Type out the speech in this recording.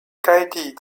该地